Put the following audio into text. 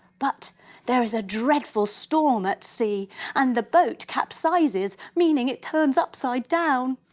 but there is a dreadful storm at sea and the boat capsizes, meaning it turns upside down.